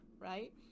right